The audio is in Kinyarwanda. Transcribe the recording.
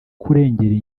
kurengera